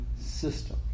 system